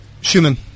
schumann